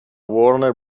warner